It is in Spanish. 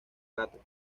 gatos